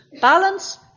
balance